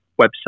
website